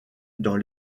dans